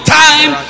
time